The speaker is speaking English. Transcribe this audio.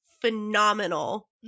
phenomenal